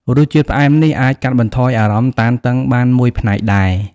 រសជាតិផ្អែមនេះអាចកាត់បន្ថយអារម្មណ៍តានតឹងបានមួយផ្នែកដែរ។